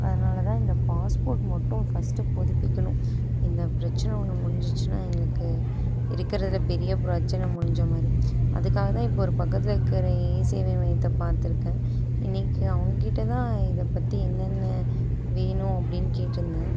அதனால தான் இந்த பாஸ்போர்ட் மட்டும் ஃபஸ்ட்டு புதுப்பிக்கணும் இந்த பிரச்சின ஒன்று முடிஞ்சிச்சுன்னா எங்களுக்கு இருக்கிறதுல பெரிய பிரச்சின முடிஞ்சால் மாதிரி அதுக்காக தான் இப்போ ஒரு பக்கத்தில் இருக்கிற இ சேவை மையத்தை பார்த்துருக்கேன் இன்றைக்கி அவங்கக் கிட்டே தான் இதை பற்றி என்னென்ன வேணும் அப்படின் கேட்டுருந்தேன்